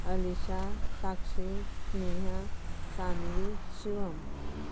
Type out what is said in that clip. Alesha Sakshi Sneha Sanvi Shivam